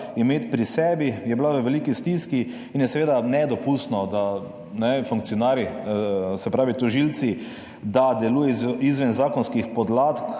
imeti pri sebi, je bila v veliki stiski. In je seveda nedopustno, da funkcionarji, se pravi tožilci, delujejo izven zakonskih podlag